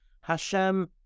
Hashem